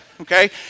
okay